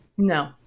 No